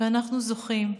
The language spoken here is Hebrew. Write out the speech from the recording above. ואנחנו זוכים.